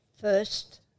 first